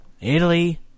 Italy